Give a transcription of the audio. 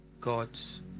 God's